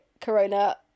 Corona